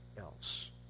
else